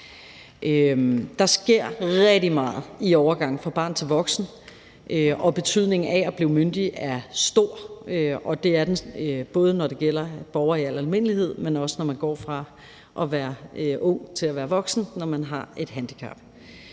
Der sker rigtig meget i overgangen fra barn til voksen, og betydningen af at blive myndig er stor. Det er den, både når det gælder borgere i almindelighed, men også når man går fra at være ung til at være voksen, når man har et handicap.